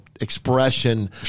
expression